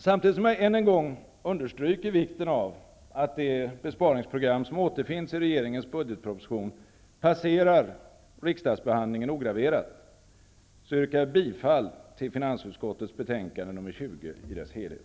Samtidigt som jag än en gång understryker vikten av att det besparingsprogram som återfinns i regeringens budgetproposition passerar riksdagsbehandlingen ograverat, yrkar jag bifall till hemställan i finansutskottets betänkande nr 20 i dess helhet.